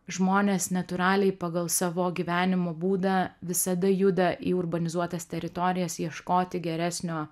žmonės natūraliai pagal savo gyvenimo būdą visada juda į urbanizuotas teritorijas ieškoti geresnio